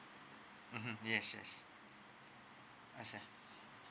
mmhmm yes yes I see